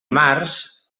març